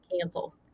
cancel